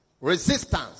Resistance